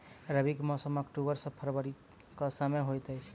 रबीक मौसम अक्टूबर सँ फरबरी क समय होइत अछि